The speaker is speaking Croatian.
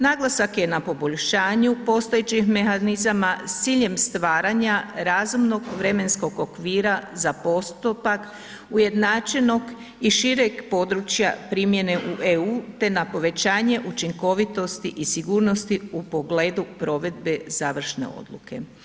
Naglasak je na poboljšanju postojećih mehanizama s ciljem stvaranja razumnog vremenskog okvira za postupak ujednačenog i šireg područja primjene u EU, te na povećanje učinkovitosti i sigurnosti u pogledu provedbe završne odluke.